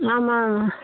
ஆமாம்ங்க